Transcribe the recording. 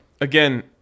again